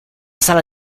sala